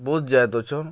ବହୁତ୍ ଜାଏତ୍ ଅଛନ୍